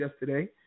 yesterday